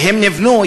והם נבנו,